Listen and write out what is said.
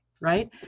right